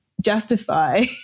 justify